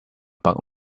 bug